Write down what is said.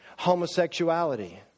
Homosexuality